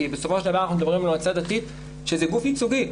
כי בסופו של דבר אנחנו מדברים על מועצה דתית שזה גוף ייצוגי.